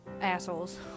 assholes